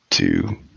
two